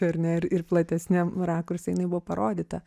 ar ne ir ir platesniam rakurse jinai buvo parodyta